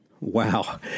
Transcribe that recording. Wow